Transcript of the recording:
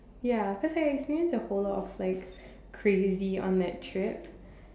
ya cause I experience a whole lot of like crazy on that trip